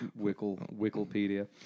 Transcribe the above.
Wikipedia